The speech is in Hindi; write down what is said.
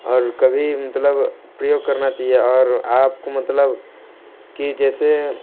और कभी मतलब प्रयोग करना चाहिए और आपको मतलब कि जैसे